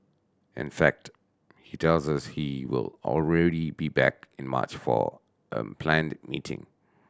in fact he tells us he will already be back in March for a planned meeting